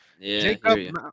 Jacob